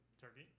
turkey